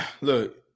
look